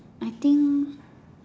I think